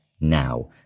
now